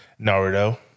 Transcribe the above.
Naruto